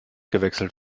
gewechselt